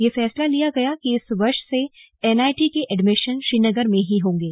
यह फैसला लिया गया कि इस वर्ष से एनआईटी के एडमिशन श्रीनगर में ही होंगे